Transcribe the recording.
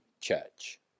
church